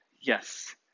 Yes